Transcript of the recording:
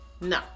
No